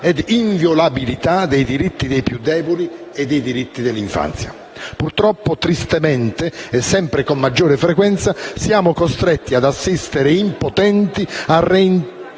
e inviolabilità dei diritti dei più deboli e del diritto all'infanzia. Purtroppo, tristemente e sempre con maggior frequenza, siamo costretti ad assistere, impotenti, a reiterate